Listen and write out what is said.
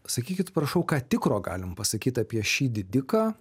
sakykit prašau ką tikro galim pasakyt apie šį didiką